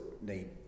need